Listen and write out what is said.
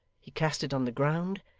he cast it on the ground,